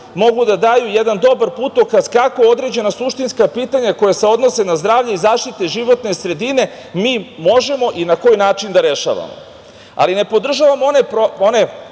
mogu da daju jedan dobar putokaz kako određena suštinska pitanje koja se odnose na zdravlje i zaštitu životne sredine mi možemo i na koji način da rešavamo. Ali, ne podržavam one